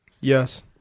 Yes